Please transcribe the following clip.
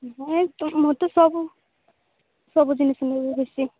ନାଇଁ ତ ମୁଁ ତ ସବୁ ସବୁ ଜିନିଷ ନେବି